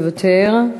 מוותר.